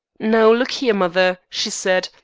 now look here, mother she said,